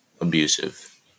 abusive